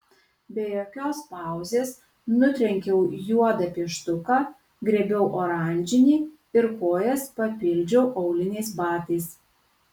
be jokios pauzės nutrenkiau juodą pieštuką griebiau oranžinį ir kojas papildžiau auliniais batais